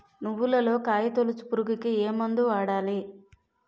నువ్వులలో కాయ తోలుచు పురుగుకి ఏ మందు వాడాలి?